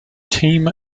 team